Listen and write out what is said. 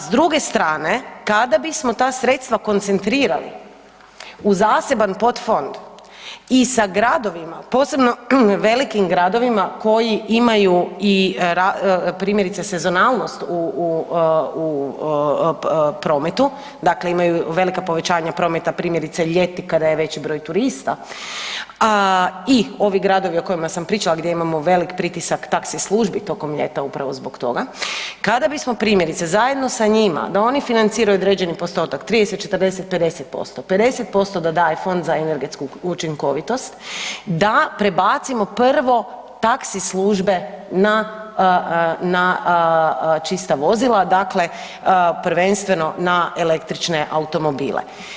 S druge strane kada bismo ta sredstva koncentrirali u zaseban podfond i sa gradovima, posebno velikim gradovima koji imaju i primjerice sezonalnost u prometu, dakle imaju velika povećanja prometa primjerice ljeti kada je veći broj turista i ovi gradovi o kojima sam pričala gdje imamo velik pritisak taksi službi tokom ljeta upravo zbog toga, kada bismo primjerice zajedno sa njima da oni financiraju određeni postotak 30, 40, 50%, 50% dodaje Fond za energetsku učinkovitost da prebacimo prvo taksi službe na čista vozila, dakle prvenstveno na električne automobile.